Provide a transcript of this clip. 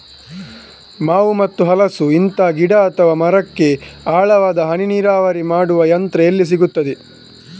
ಮಾವು ಮತ್ತು ಹಲಸು, ಇಂತ ಗಿಡ ಅಥವಾ ಮರಕ್ಕೆ ಆಳವಾದ ಹನಿ ನೀರಾವರಿ ಮಾಡುವ ಯಂತ್ರ ಎಲ್ಲಿ ಸಿಕ್ತದೆ?